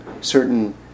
certain